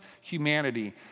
humanity